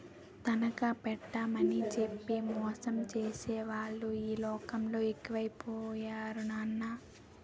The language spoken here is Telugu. తనఖా పెట్టేమని చెప్పి మోసం చేసేవాళ్ళే ఈ లోకంలో ఎక్కువై పోయారు నాన్నా